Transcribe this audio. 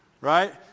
Right